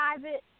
private